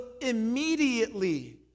immediately